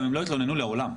הם גם לא יתלוננו לעולם.